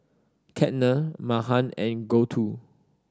Ketna Mahan and Gouthu